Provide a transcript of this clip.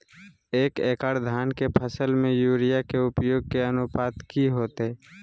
एक एकड़ धान के फसल में यूरिया के उपयोग के अनुपात की होतय?